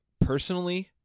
personally